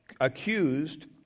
accused